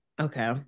Okay